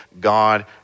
God